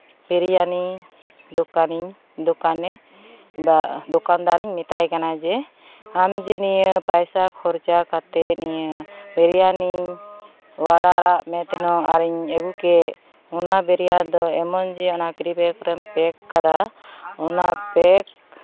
ᱵᱤᱨᱭᱟᱱᱤ ᱫᱚᱠᱟᱱᱤᱧ ᱫᱚᱠᱟᱱᱮ ᱵᱟ ᱫᱚᱠᱟᱱᱫᱟᱨ ᱤᱧ ᱢᱮᱛᱟᱭ ᱠᱟᱱᱟ ᱡᱮ ᱟᱢ ᱡᱮ ᱱᱤᱭᱟᱹ ᱯᱚᱭᱥᱟ ᱠᱷᱚᱨᱪᱟ ᱠᱟᱛᱮᱫ ᱱᱤᱭᱟᱹ ᱵᱤᱨᱭᱟᱱᱤ ᱚᱰᱟᱨ ᱟᱜ ᱢᱮ ᱛᱟᱦᱮᱱᱚᱜ ᱤᱧ ᱟᱹᱜᱩ ᱠᱮᱫ ᱚᱱᱟ ᱵᱤᱨᱭᱟᱱᱤ ᱫᱚ ᱮᱢᱚᱱ ᱡᱮ ᱚᱱᱟ ᱠᱮᱨᱤᱵᱮᱜᱽ ᱨᱮᱢ ᱯᱮᱠ ᱠᱟᱫᱟ ᱚᱱᱟ ᱯᱮᱠ